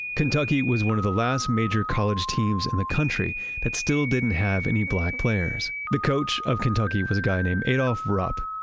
kentucky was one of the last major college teams in the country that still didn't have any black players. the coach of kentucky was a guy named adolph rupp.